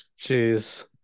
Jeez